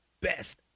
best